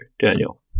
Daniel